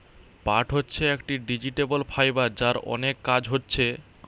পাট হচ্ছে একটি ভেজিটেবল ফাইবার যার অনেক কাজ হচ্ছে